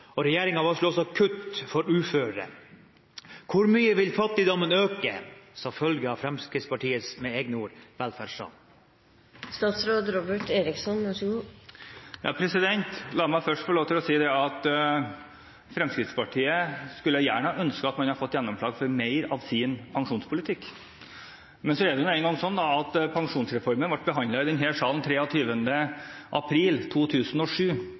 og regjeringen varsler også kutt for uføre. Hvor mye vil fattigdommen øke som følge av Fremskrittspartiets – med egne ord – «velferdsran»? La meg først få lov til å si at Fremskrittspartiet skulle gjerne ønsket at man hadde fått gjennomslag for mer av sin pensjonspolitikk. Men så er det nå engang sånn at pensjonsreformen ble behandlet i denne salen 23. april 2007,